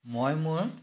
মই মোৰ